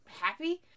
happy